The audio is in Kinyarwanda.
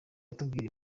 atubwira